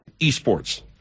Esports